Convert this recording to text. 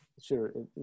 sure